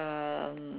um